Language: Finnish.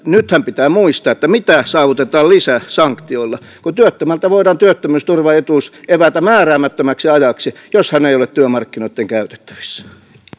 nythän pitää muistaa mitä saavutettaisiin lisäsanktioilla kun työttömältä voidaan työttömyysturvaetuus evätä määräämättömäksi ajaksi jos hän ei ole työmarkkinoitten käytettävissä